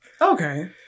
Okay